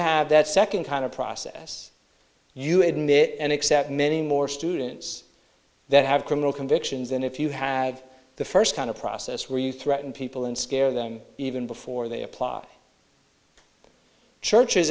have that second kind of process you admit and accept many more students that have criminal convictions and if you have the first kind of process where you threaten people and scare them even before they apply churches